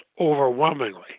overwhelmingly